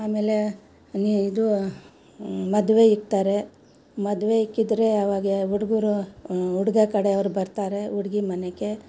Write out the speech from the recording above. ಆಮೇಲೆ ನೀ ಇದು ಮದುವೆ ಇಡ್ತಾರೆ ಮದುವೆ ಇಕ್ಕಿದ್ರೆ ಅವಾಗ ಹುಡುಗರು ಹುಡುಗ ಕಡೆಯವರು ಬರ್ತಾರೆ ಹುಡುಗಿ ಮನೆಗೆ